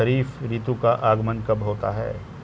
खरीफ ऋतु का आगमन कब होता है?